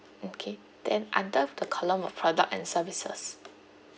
okay then under the column of product and services